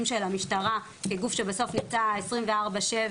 של המשטרה כגוף שבסוף נמצא 24/7,